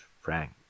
Frank